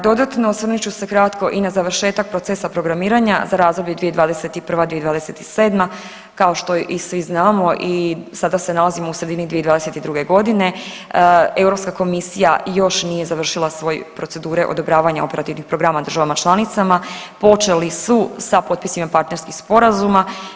Dodatno, osvrnut ću se kratko i na završetak procesa programiranja za razdoblje 2021.-2027., kao što i svi znamo i sada se nalazimo u sredini 2022.g. Europska komisija još nije završila svoje procedure odobravanja operativnih programa državama članicama, počeli su sa potpisima partnerskih sporazuma.